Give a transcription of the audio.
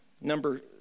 number